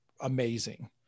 amazing